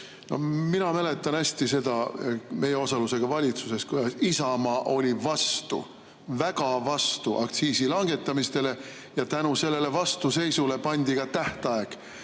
Mina mäletan hästi seda, et meie osalusega valitsuses Isamaa oli väga vastu aktsiisi langetamisele, ja tänu sellele vastuseisule pandi ka tähtaeg,